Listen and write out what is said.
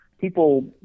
people